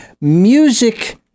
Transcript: music